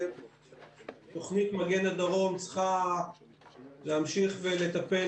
תוכנית "מגן הדרום" צריכה להמשיך ולטפל